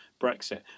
Brexit